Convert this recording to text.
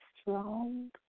strong